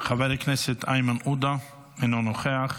חבר הכנסת איימן עודה, אינו נוכח,